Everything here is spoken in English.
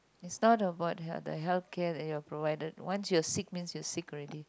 it's not about the the healthcare that you're provided once you're sick means you're sick already